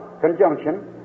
conjunction